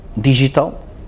digital